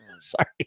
Sorry